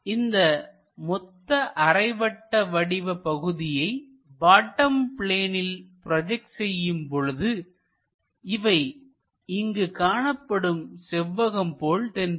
இந்த மொத்த அரை வட்ட வடிவ பகுதியை பாட்டம் பிளேனில் ப்ரோஜெக்ட் செய்யும்பொழுது இவை இங்கு காணப்படும் செவ்வகம் போல் தென்படும்